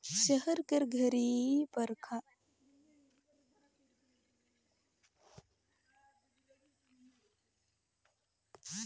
सहर कर घरी पखारी कर गाँव कर खेत कर भाव हर दुरिहां कर गाँव ले बगरा रहबे करथे